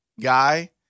guy